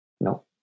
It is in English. No